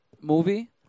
movie